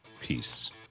peace